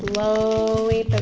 slowly but